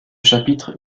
chapitre